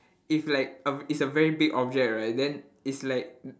if like uh it's a very big object right then it's like